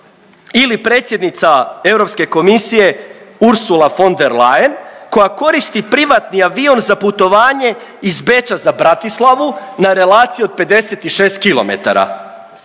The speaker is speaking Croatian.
ili predsjednica Europske komisije Ursula von der Leyen koja koristi privatni avion za putovanje iz Beča za Bratislavu na relaciji od 56 km?